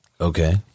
Okay